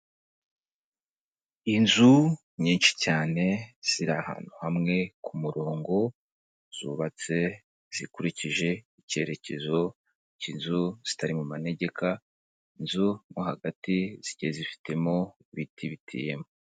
Inzu nyinshi cyane ziri ahantu hamwe ku murongo, zubatse zikurikije icyerekezo cy'inzu zitari mu manegeka, inzu mo hagati zigiye zifitemo ibiti biteyemo.